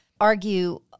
argue